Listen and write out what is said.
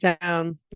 down